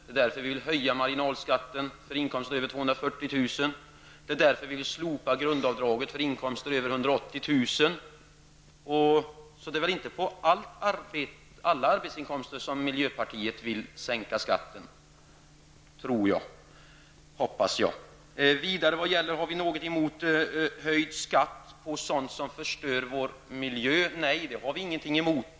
Det är därför vi vill höja marginalskatten för inkomster över 240 000 kr. Det är därför vi vill slopa grundavdraget för inkomster över 180 000 kr. Jag hoppas mot denna bakgrund att det inte är på alla arbetsinkomster som miljöpartiet vill sänka skatten. När det gäller frågan om vi har något emot höjd skatt på sådant som förstör vår miljö vill jag säga: Nej, det har vi ingenting emot.